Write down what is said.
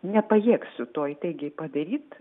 nepajėgsiu to įtaigiai padaryt